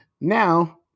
now